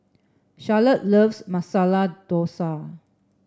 Charlotte loves Masala Dosa